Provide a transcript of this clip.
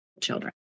children